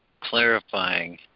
clarifying